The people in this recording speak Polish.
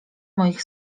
moich